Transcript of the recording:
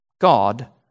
God